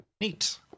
Neat